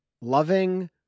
loving